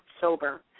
sober